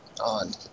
on